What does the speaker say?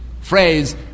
phrase